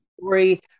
Story